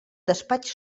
despatx